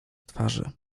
twarzy